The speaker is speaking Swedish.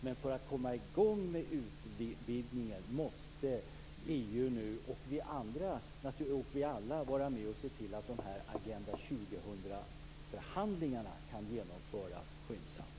Men för att komma i gång med utvidgningen måste EU och vi alla vara med och se till att dessa Agenda 2000-förhandlingarna kan genomföras skyndsamt.